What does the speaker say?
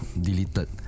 deleted